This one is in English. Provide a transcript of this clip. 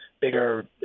bigger